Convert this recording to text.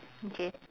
okay